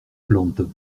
plantes